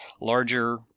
larger